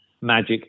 magic